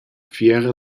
fiera